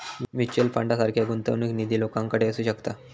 mutual फंडासारखा गुंतवणूक निधी लोकांकडे असू शकता